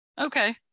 Okay